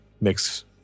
mix